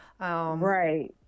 Right